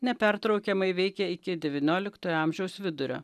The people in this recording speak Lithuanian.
nepertraukiamai veikė iki devynioliktojo amžiaus vidurio